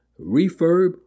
Refurb